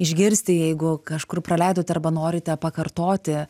išgirsti jeigu kažkur praleidot arba norite pakartoti